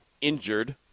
injured